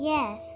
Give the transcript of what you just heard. Yes